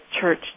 church